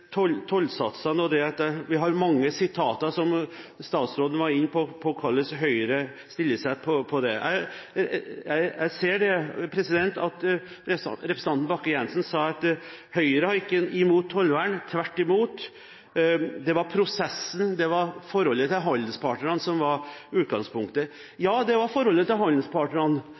vil jeg tilbake til tollsatsene. Vi har mange sitater som statsråden nevnte, om hvordan Høyre stiller seg til dette. Representanten Bakke-Jensen sa at Høyre ikke har noe imot tollvern, tvert imot. Det var prosessen og forholdet til handelspartnerne som var utgangspunktet. Ja, det var forholdet til